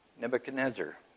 Nebuchadnezzar